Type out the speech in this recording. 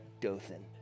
Dothan